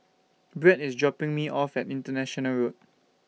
Bret IS dropping Me off At International Road